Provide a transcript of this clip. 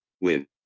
win